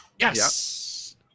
Yes